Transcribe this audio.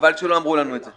חבל שלא אמרו לנו את זה.